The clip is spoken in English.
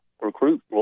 recruit